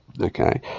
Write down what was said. okay